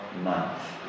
month